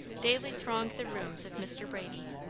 daily throng the rooms of mr. brady,